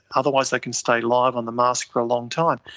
otherwise they can stay live on the mask for a long time.